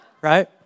Right